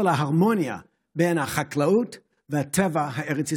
על ההרמוניה בין החקלאות לטבע הארץ ישראלי.